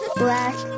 black